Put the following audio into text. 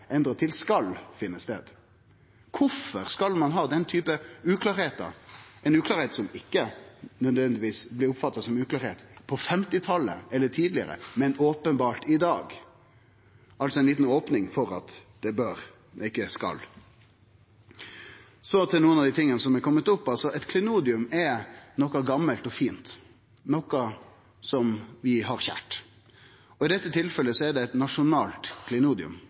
til «skal finne sted». Kvifor skal ein ha denne typen uklarheiter, uklarheiter som ikkje nødvendigvis blei oppfatta som uklarheiter på 1950-talet eller tidlegare, men som openbert blir det i dag – altså at det er ei lita opning for at det «bør finne sted», men ikkje «skal finne sted»? Så til noko av det som har blitt sagt: Eit klenodium er noko gamalt og fint, noko som vi har kjært. I dette tilfellet er det eit nasjonalt